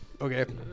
Okay